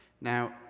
Now